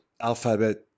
Alphabet